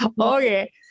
Okay